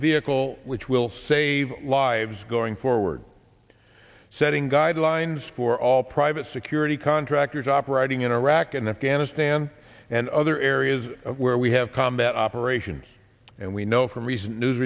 vehicle which will save lives going forward setting guidelines for all private security contractors operating in iraq and afghanistan and other areas where we have combat operations and we know from recent news